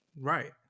Right